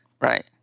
Right